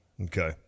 Okay